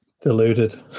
Deluded